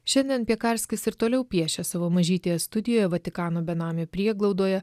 šiandien piekarskis ir toliau piešia savo mažytėje studijo vatikano benamių prieglaudoje